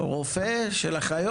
הרופא של החיות?